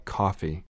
coffee